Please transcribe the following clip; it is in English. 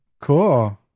Cool